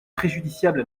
préjudiciable